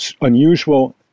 unusual